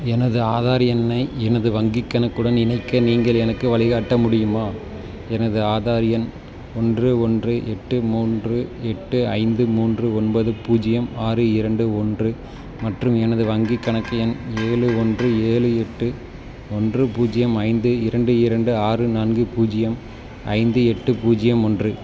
எனது ஆதார் எண்ணை எனது வங்கிக் கணக்குடன் இணைக்க நீங்கள் எனக்கு வழிகாட்ட முடியுமா எனது ஆதார் எண் ஒன்று ஒன்று எட்டு மூன்று எட்டு ஐந்து மூன்று ஒன்பது பூஜ்ஜியம் ஆறு இரண்டு ஒன்று மற்றும் எனது வங்கிக் கணக்கு எண் ஏழு ஒன்று ஏழு எட்டு ஒன்று பூஜ்ஜியம் ஐந்து இரண்டு இரண்டு ஆறு நான்கு பூஜ்ஜியம் ஐந்து எட்டு பூஜ்ஜியம் ஒன்று